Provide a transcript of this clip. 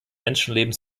menschenleben